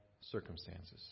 circumstances